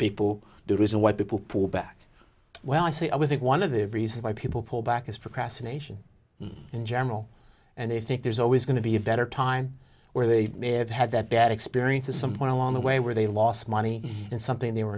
people the reason why people pull back well i say i think one of the reasons why people pull back is procrastination in general and i think there's always going to be a better time where they may have had their bad experiences somewhere along the way where they lost money in something they were